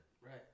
Right